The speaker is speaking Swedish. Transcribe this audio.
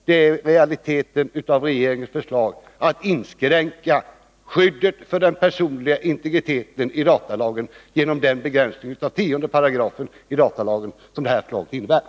Detta är i realiteten innebörden i regeringens förslag om att inskränka skyddet för den personliga integriteten i datalagen genom den begränsning av 10 § som det här rör sig om.